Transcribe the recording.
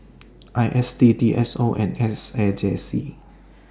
I S D D S O and S A J C